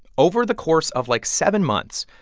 over the course of, like, seven months,